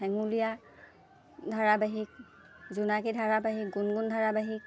হেঙুলীয়া ধাৰাবাহিক জোনাকী ধাৰাবাহিক গুণগুণ ধাৰাবাহিক